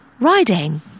riding